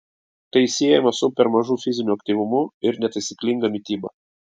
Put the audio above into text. tai siejama su per mažu fiziniu aktyvumu ir netaisyklinga mityba